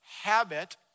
habit